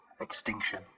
Extinction